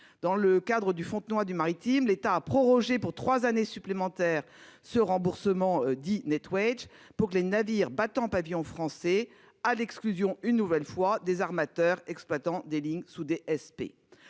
Dans le cadre du Fontenoy du maritime, l'État a prorogé pour trois années supplémentaires ce remboursement, dit, pour les navires battant pavillon français, à l'exclusion, de nouveau, des armateurs exploitant des lignes sous DSP.